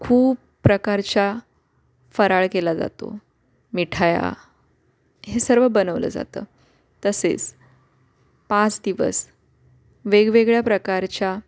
खूप प्रकारचा फराळ केला जातो मिठाया हे सर्व बनवलं जातं तसेच पाच दिवस वेगवेगळ्या प्रकारच्या